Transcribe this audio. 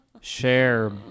Share